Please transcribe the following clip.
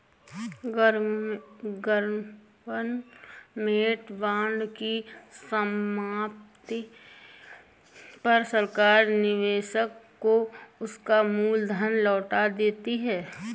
government bond की समाप्ति पर सरकार निवेशक को उसका मूल धन लौटा देती है